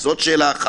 זו שאלה אחת.